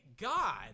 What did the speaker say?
God